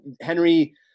henry